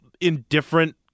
indifferent